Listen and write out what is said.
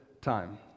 time